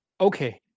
okay